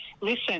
listen